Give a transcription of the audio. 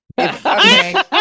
Okay